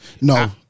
No